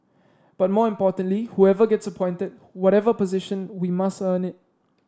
but more importantly whoever gets appointed whatever position we must earn it